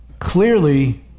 Clearly